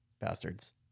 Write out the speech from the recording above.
bastards